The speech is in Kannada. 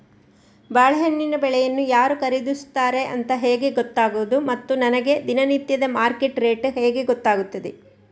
ಬಾಳೆಹಣ್ಣಿನ ಬೆಳೆಯನ್ನು ಯಾರು ಖರೀದಿಸುತ್ತಾರೆ ಅಂತ ಹೇಗೆ ಗೊತ್ತಾಗುವುದು ಮತ್ತು ನನಗೆ ದಿನನಿತ್ಯದ ಮಾರ್ಕೆಟ್ ರೇಟ್ ಹೇಗೆ ಗೊತ್ತಾಗುತ್ತದೆ?